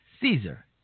Caesar